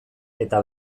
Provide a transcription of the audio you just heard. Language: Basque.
eta